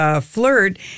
Flirt